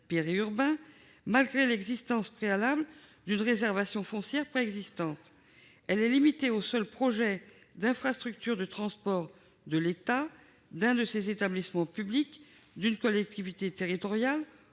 périurbains malgré l'existence préalable d'une réservation foncière préexistante. Cette possibilité est limitée aux seuls projets d'infrastructures de transport de l'État, d'un de ses établissements publics, d'une collectivité territoriale